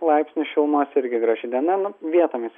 laipsnių šilumos irgi graži diena nu vietomis